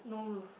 no roof